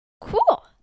Cool